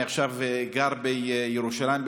ואני גר עכשיו בירושלים,